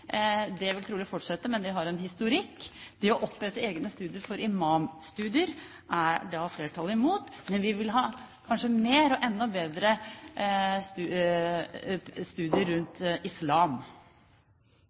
Det vil trolig fortsette, men det har en historikk. Det å opprette egne studier for imamutdannelse er flertallet imot, men vi vil kanskje ha enda bedre studier